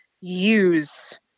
use